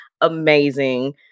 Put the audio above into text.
amazing